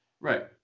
Right